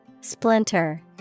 splinter